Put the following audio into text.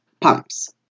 pumps